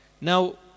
Now